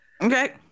Okay